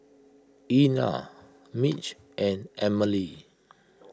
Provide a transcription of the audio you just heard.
Ena Mitch and Amelie